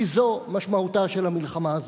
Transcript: כי זו משמעותה של המלחמה הזאת.